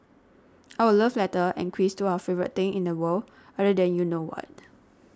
our love letter and quiz to our favourite thing in the world other than you know what